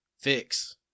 fix